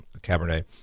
Cabernet